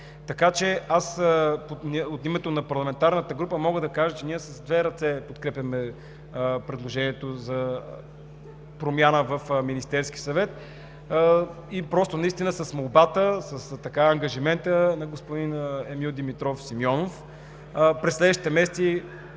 цяло. Аз, от името на парламентарната група, мога да кажа, че ние с две ръце подкрепяме предложението за промяна в Министерския съвет с молбата, с ангажимента на господин Емил Димитров Симеонов